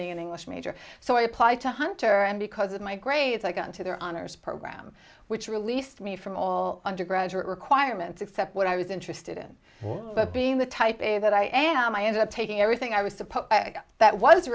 being an english major so i applied to hunter and because of my grades i got into their honors program which released me from all undergraduate requirements except what i was interested in but being the type that i am i ended up taking everything i was